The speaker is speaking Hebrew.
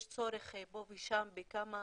יש צורך פה ושם בכמה